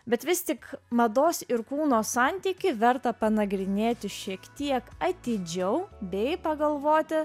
bet vis tik mados ir kūno santykį verta panagrinėti šiek tiek atidžiau bei pagalvoti